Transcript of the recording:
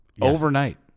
overnight